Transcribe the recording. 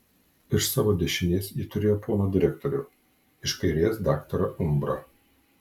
iš savo dešinės ji turėjo poną direktorių iš kairės daktarą umbrą